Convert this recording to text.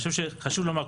אני חושב שחשוב לומר,